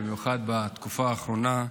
במיוחד בתקופה האחרונה,